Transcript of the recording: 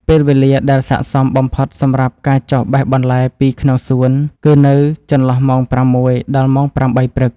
ពេលវេលាដែលស័ក្តិសមបំផុតសម្រាប់ការចុះបេះបន្លែពីក្នុងសួនគឺនៅចន្លោះម៉ោងប្រាំមួយដល់ម៉ោងប្រាំបីព្រឹក។